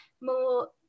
more